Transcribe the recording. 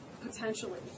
potentially